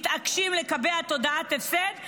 מתעקשים לקבע תודעת הפסד,